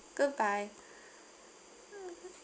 goodbye hmm